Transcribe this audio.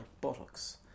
buttocks